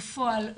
בפועל,